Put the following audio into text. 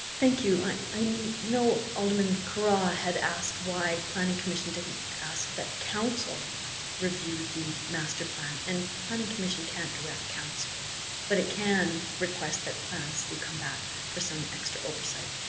thank you. i know alderman carra had asked why planning commission didn't ask that council review the master plan, and planning commission can't direct council but it can request that plans do come back for some extra oversight,